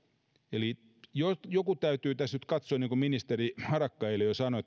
eli tässä täytyy nyt ratkaista niin kuin ministeri harakka eilen jo sanoi